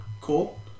Cool